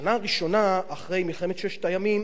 בשנה הראשונה אחרי מלחמת ששת הימים